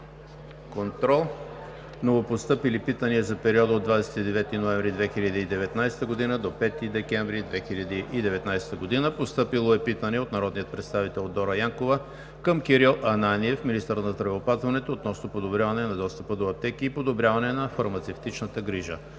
прието. Новопостъпили питания за периода от 29 ноември 2019 г. до 5 декември 2019 г.: Постъпило е питане от народния представител Дора Янкова към Кирил Ананиев – министър на здравеопазването, относно подобряване на достъпа до аптеки и подобряване на фармацевтичната грижа.